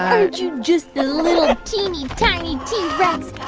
aren't you just the little teeny-tiny t. rex?